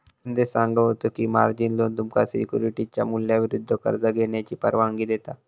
संदेश सांगा होतो की, मार्जिन लोन तुमका सिक्युरिटीजच्या मूल्याविरुद्ध कर्ज घेण्याची परवानगी देता